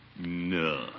no